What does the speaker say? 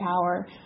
power